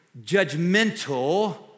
judgmental